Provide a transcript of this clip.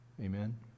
Amen